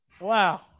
Wow